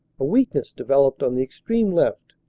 a weakness developed on the extreme left,